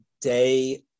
day